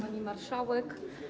Pani Marszałek!